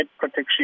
protection